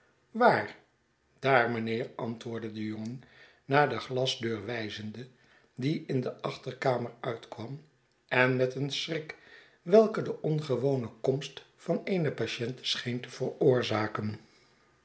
waar daar mijnheer i antwoordde de jongen naar de glasdeur wijzende die in de achterkamer uitkwam en met een schrik welke de ongewone komst van eene patiente scheen te veroorzaken